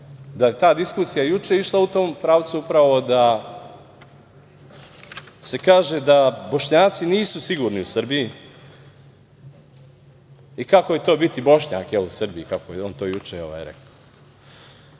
da je ta diskusija juče išla u tom pravcu upravo da se kaže da Bošnjaci nisu sigurni u Srbiji i kako je to biti Bošnjak u Srbiji, kako je on to juče rekao. Ne